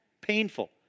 painful